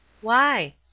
Why